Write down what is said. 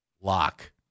lock